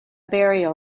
burial